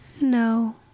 No